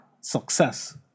success